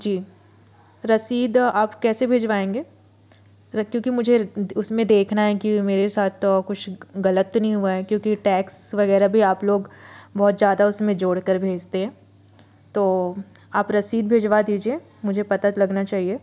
जी रसीद आप कैसे भिजवाएंगे क्योंकि मुझे उसमें देखना है कि मेरे साथ तो और कुछ ग़लत तो नहीं हुआ है क्योंकि टैक्स वग़ैरह भी आप लोग बहुत ज़्यादा उसमें जोड़ कर भेजते हें तो आप रसीद भिजवा दीजिए मुझे पता लगना चाहिए